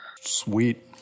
Sweet